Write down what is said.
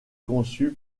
conçus